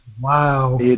Wow